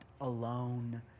alone